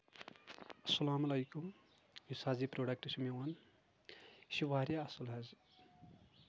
اسلام علیٚکُم یُس حظ یہِ پروڈکٹ چُھ میون یہِ چھُ واریاہ اَصٕل حظ